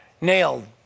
nailed